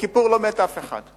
בכיפור לא מת אף אחד.